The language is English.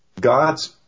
God's